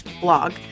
blog